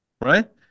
Right